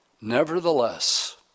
Nevertheless